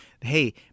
hey